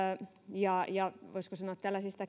ja ja voisiko sanoa